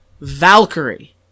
Valkyrie